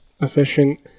efficient